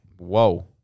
Whoa